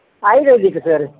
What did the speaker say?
ayurvedic sir